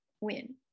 win